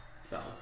spells